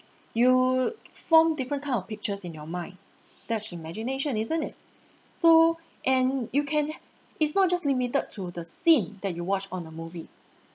you form different kind of pictures in your mind that's imagination isn't it so and you can uh it's not just limited to the scene that you watch on a movie